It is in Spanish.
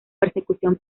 persecución